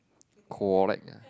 cold like ah